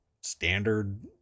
standard